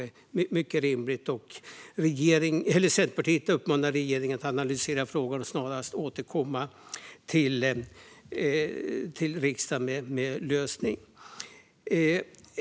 Centerpartiet uppmanar regeringen att analysera frågan och snarast återkomma till riksdagen med en lösning.